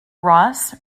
ross